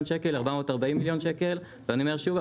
שקל ל-440 מיליון שקל ואני אומר שוב,